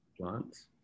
plants